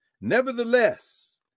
Nevertheless